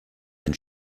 ein